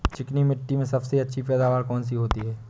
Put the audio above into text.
चिकनी मिट्टी में सबसे अच्छी पैदावार कौन सी होती हैं?